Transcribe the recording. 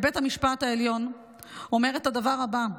בבית המשפט העליון אומר את הדבר הבא,